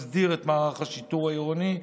מסדיר את מערך השיטור העירוני.